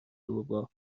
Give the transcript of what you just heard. بابا